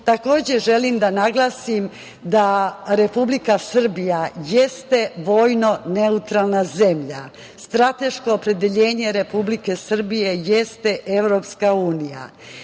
želim da naglasim da Republika Srbija jeste vojno neutralna zemlja. Strateško opredeljenje Republike Srbije jeste EU.Srbija